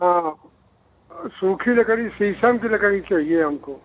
हाँ सूखी लकड़ी शीशम की लकड़ी चाहिए हमको